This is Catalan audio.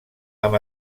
amb